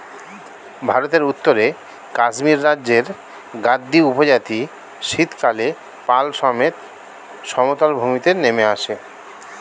ভারতের উত্তরে কাশ্মীর রাজ্যের গাদ্দী উপজাতি শীতকালে পাল সমেত সমতল ভূমিতে নেমে আসে